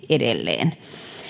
edelleen